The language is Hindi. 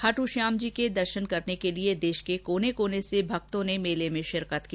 खाट्श्यामजी के दर्शन करने के लिए देश के कोने कोने से भक्तों ने मेले में शिरकत की